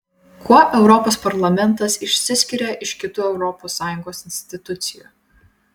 kuo europos parlamentas išsiskiria iš kitų europos sąjungos institucijų